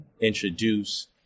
introduce